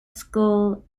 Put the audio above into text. school